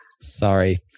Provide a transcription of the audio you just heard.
sorry